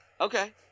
okay